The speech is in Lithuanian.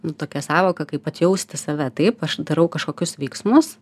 nu tokia sąvoka kaip atjausti save taip aš darau kažkokius veiksmus